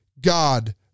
God